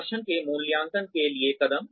प्रदर्शन के मूल्यांकन के लिए कदम